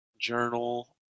journal